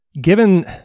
Given